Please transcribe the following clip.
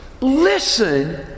Listen